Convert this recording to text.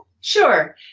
sure